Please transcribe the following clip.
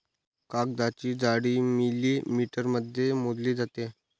कागदाची जाडी मिलिमीटरमध्ये मोजली जाते